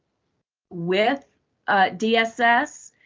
with dss.